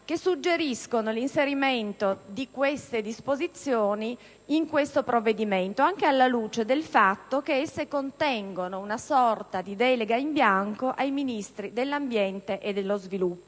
che suggerirebbero l'inserimento di queste disposizioni in questo provvedimento, anche alla luce del fatto che esse contengono una sorta di delega in bianco ai Ministri dell'ambiente e dello sviluppo.